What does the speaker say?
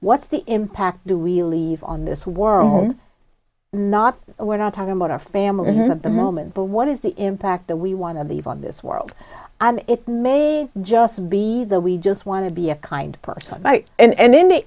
what's the impact do we leave on this world i'm not aware i'm talking about our families at the moment but what is the impact that we want to leave on this world and it may just be that we just want to be a kind person and in the